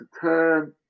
turn